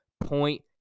point